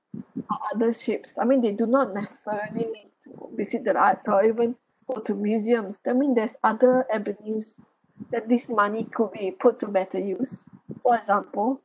or other shapes I mean they do not necessary needs to visit the art or even go to museums that mean there's other avenues that this money could be put to better use for example